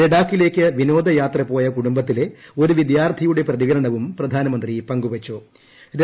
ലഡാക്കിലേക്ക് വിനോദയാത്ര പോയ കുടുംബത്തില്ല് ഒരു വിദ്യാർത്ഥിയുടെ പ്രതികരണവും പ്രധാനമന്ത്രി പൂങ്കുപിച്ചു്